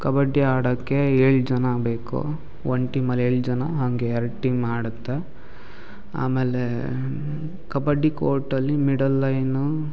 ಕಬಡ್ಡಿ ಆಡಕ್ಕೆ ಏಳು ಜನ ಬೇಕು ಒಂದು ಟೀಮಲ್ಲಿ ಏಳು ಜನ ಹಂಗೆ ಎರಡು ಟೀಮ್ ಆಡುತ್ತೆ ಆಮೇಲೆ ಕಬಡ್ಡಿ ಕೋರ್ಟಲ್ಲಿ ಮಿಡಲ್ ಲೈನು